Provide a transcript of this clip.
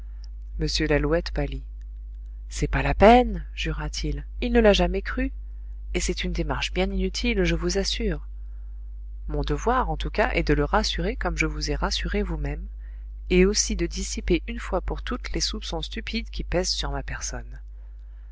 m lalouette pâlit c'est pas la peine jura t il il ne l'a jamais cru et c'est une démarche bien inutile je vous assure mon devoir en tout cas est de le rassurer comme je vous ai rassurés vous-mêmes et aussi de dissiper une fois pour toutes les soupçons stupides qui pèsent sur ma personne